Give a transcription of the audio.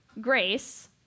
Grace